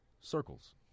circles